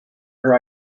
her